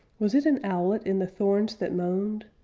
was it an owlet in the thorns that moaned?